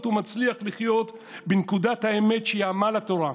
הוא מצליח לחיות בנקודת האמת שהיא עמל התורה,